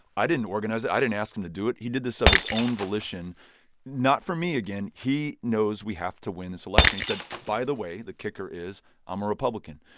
i didn't organize it. i didn't ask them to do it. he did this of his own volition not for me, again. he knows we have to win this election. he said, by the way, the kicker is i'm a republican.